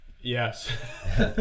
Yes